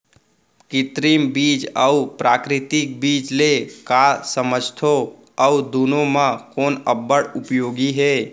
कृत्रिम बीज अऊ प्राकृतिक बीज ले का समझथो अऊ दुनो म कोन अब्बड़ उपयोगी हे?